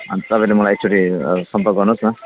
अन्त तपाईँले मलाई एकचोटि सम्पर्क गर्नुहोस् न